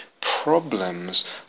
problems